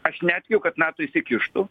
aš netikiu kad nato įsikištų